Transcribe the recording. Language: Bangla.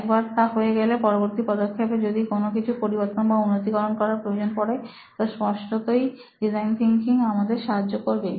একবার তা হয়ে গেলে পরবর্তী পদক্ষেপে যদি কোন কিছুর পরিবর্তন বা উন্নতিকরণ করার প্রয়োজন পড়ে তো স্পষ্টতই ডিজাইন থিনকিং আমাদের সাহায্য করবে